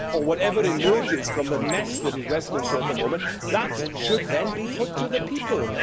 or whatever emerges from the mess that is westminster at the moment that should then be put to the people.